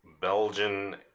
Belgian